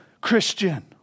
Christian